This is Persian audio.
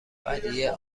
ودیعه